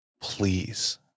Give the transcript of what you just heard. Please